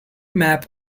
map